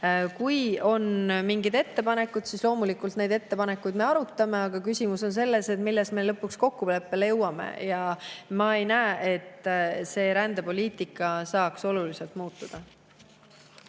Kui on mingeid ettepanekuid, siis loomulikult me neid ettepanekuid arutame, aga küsimus on selles, milles me lõpuks kokkuleppele jõuame. Ma ei näe, et rändepoliitika saaks oluliselt muutuda.